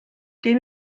den